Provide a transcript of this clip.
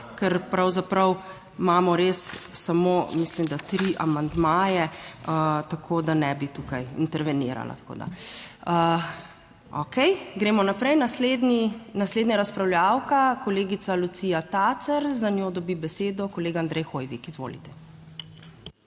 ker pravzaprav imamo res, samo mislim da tri amandmaje tako, da ne bi tukaj intervenirala tako da... Okej, gremo naprej. Naslednji, naslednja razpravljavka, kolegica Lucija Tacer, za njo dobi besedo kolega Andrej Hoivik. Izvolite.